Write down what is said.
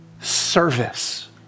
Service